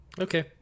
Okay